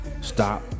Stop